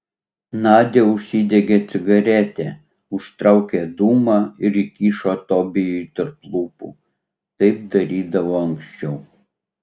nadia užsidegė cigaretę užtraukė dūmą ir įkišo tobijui tarp lūpų kaip darydavo anksčiau